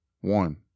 one